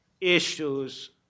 issues